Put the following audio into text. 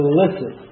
listen